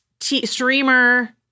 streamer